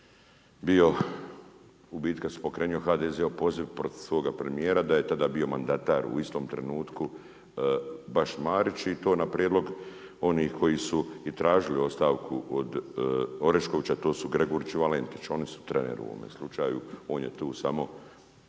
Orešković bio, u biti kad se pokrenuo HDZ-ov opoziv protiv svog premijera, da je tada bio mandatar u istom trenutku baš Marić i to na prijedlog oni koji su i tražili ostavku od Orešković, to su Gregurić i Valentić. Oni su treneri ovome slučaju, on je tu samo